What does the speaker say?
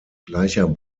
gleicher